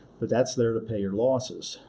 but that's there to pay your losses.